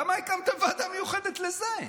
למה הקמתם ועדה מיוחדת לזה?